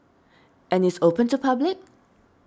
and it's open to public